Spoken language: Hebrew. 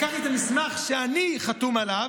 לקחתי את המסמך שאני חתום עליו,